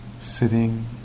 Sitting